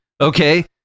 okay